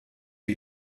die